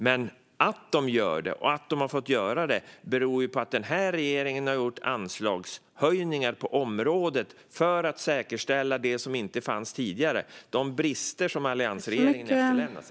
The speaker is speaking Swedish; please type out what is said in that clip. Men att de gör det, och att de har fått göra det, beror ju på att den här regeringen har gjort anslagshöjningar på området för att säkerställa det som inte fanns tidigare och åtgärda de brister som alliansregeringen efterlämnade.